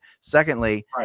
Secondly